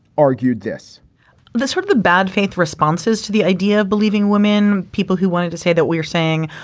argued this this sort of the bad faith responses to the idea of believing women people who wanted to say that, we are saying,